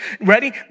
Ready